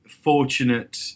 fortunate